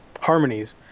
harmonies